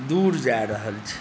दूर जा रहल छै